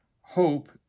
Hope